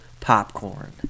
popcorn